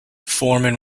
foreman